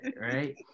right